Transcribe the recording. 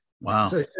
Wow